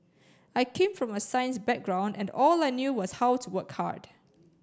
I came from a science background and all I knew was how to work hard